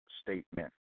statement